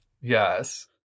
Yes